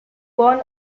gone